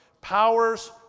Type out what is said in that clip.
powers